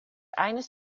eines